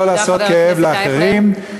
לא לעשות כאב לאחרים.